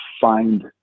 find